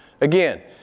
Again